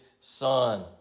son